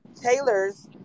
Taylor's